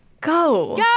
Go